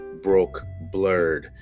BrokeBlurred